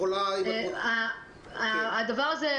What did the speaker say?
אני יכולה להתייחס.